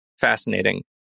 fascinating